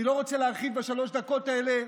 אני לא רוצה להרחיב בשלוש הדקות האלה,